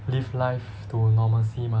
live life to normalcy mah